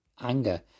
anger